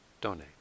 Donate